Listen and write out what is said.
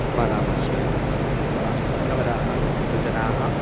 मम नाम श्रियः मम मित्रवराः शतजनाः